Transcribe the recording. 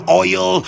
oil